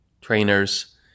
trainers